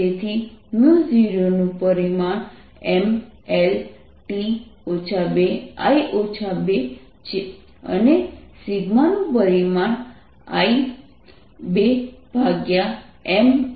0 MLT 2I 2 σ I2ML3T 3 M L2I1 b a L a L તેથી 0નું પરિમાણ MLT 2I 2 છે